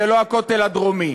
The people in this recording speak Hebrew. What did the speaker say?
זה לא הכותל הדרומי.